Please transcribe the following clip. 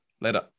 Later